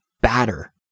Batter